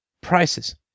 prices